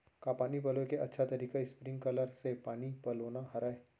का पानी पलोय के अच्छा तरीका स्प्रिंगकलर से पानी पलोना हरय?